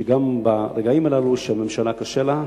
שגם ברגעים הללו, כשהממשלה קשה לה,